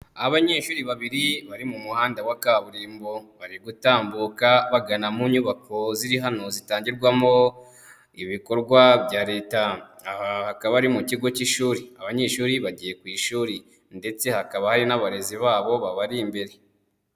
Abanyeshuri babiri bari mu muhanda wa kaburimbo. Bari gutambuka bagana mu nyubako ziri hano zitangirwamo ibikorwa bya Leta. Aha hakaba ari mu kigo cy'ishuri. Abanyeshuri bagiye ku ishuri. Ndetse hakaba hari n'abarezi babo babari imbere.